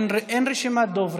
יש נאומים.